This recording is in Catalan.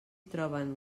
troben